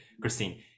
Christine